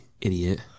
idiot